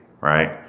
right